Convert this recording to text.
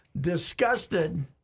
disgusted